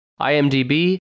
IMDB